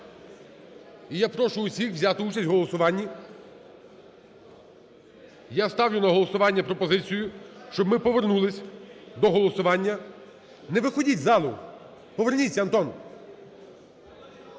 І я прошу усіх взяти участь в голосуванні. Я ставлю на голосування пропозицію, щоб ми повернулись до голосування… Не виходить з залу! Поверніться, Антон!